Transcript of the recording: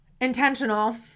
intentional